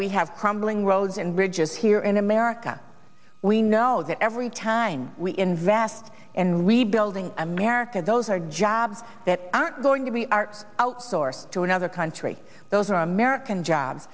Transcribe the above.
we have crumbling roads and bridges here in america we know that every time we invest in rebuilding america those are jobs that aren't going to be art outsourced to another country those are american jobs